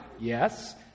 Yes